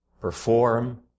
perform